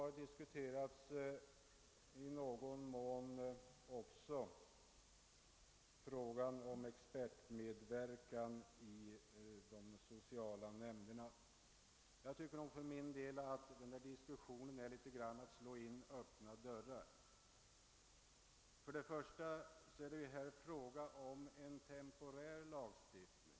I någon mån har också frågan om expertmedverkan i de sociala nämnderna diskuterats, men i den diskussionen har man nog till en del försökt slå in öppna dörrar. För det första rör det sig här om en temporär lagstiftning.